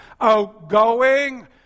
outgoing